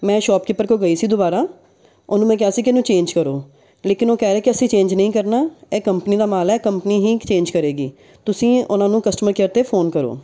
ਮੈਂ ਸ਼ੌਪਕੀਪਰ ਕੋਲ ਗਈ ਸੀ ਦੁਬਾਰਾ ਉਹਨੂੰ ਮੈਂ ਕਿਹਾ ਸੀ ਕਿ ਇਹਨੂੰ ਚੇਂਜ ਕਰੋ ਲੇਕਿਨ ਉਹ ਕਹਿ ਰਹੇ ਕਿ ਅਸੀਂ ਚੇਂਜ ਨਹੀਂ ਕਰਨਾ ਇਹ ਕੰਪਨੀ ਦਾ ਮਾਲ ਹੈ ਕੰਪਨੀ ਹੀ ਅਕਸਚੇਂਜ ਕਰੇਗੀ ਤੁਸੀਂ ਉਹਨਾਂ ਨੂੰ ਕਸਟਮਰ ਕੇਅਰ 'ਤੇ ਫ਼ੋਨ ਕਰੋ